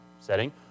setting